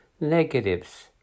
negatives